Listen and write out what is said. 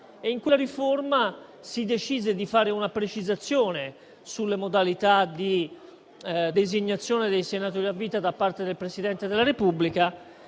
di quella riforma in cui si decise di fare una precisazione sulle modalità di designazione dei senatori a vita da parte del Presidente della Repubblica,